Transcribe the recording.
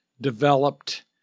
developed